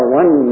one